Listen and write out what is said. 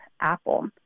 Apple